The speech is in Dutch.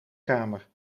kamer